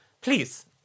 Please